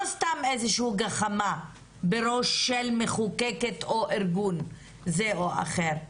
זה לא סתם איזושהי גחמה בראש של מחוקקת או ארגון זה או אחר,